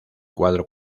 cuadro